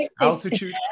altitude